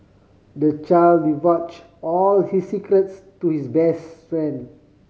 the child divulge all his secrets to his best friend